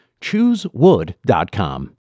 ChooseWood.com